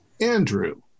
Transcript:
Andrew